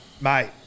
Mate